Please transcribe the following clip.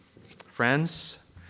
Friends